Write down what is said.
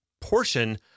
portion